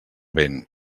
vent